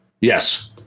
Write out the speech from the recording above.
Yes